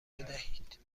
بدهید